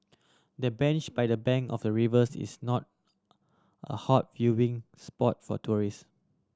the bench by the bank of the rivers is not a hot viewing spot for tourist